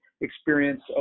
experience